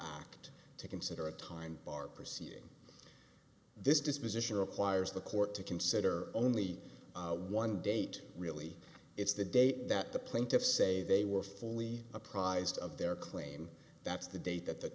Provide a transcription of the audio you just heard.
out to consider a time bar proceeding this disposition requires the court to consider only one date really it's the day that the plaintiffs say they were fully apprised of their claim that's the date that the